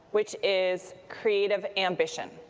which is creative ambition.